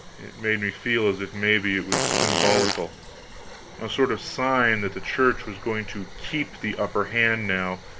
it made me feel as if maybe it was symbolical a sort of sign that the church was going to keep the upper hand now,